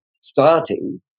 starting